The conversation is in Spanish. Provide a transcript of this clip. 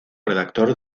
redactor